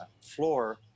floor